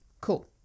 Cool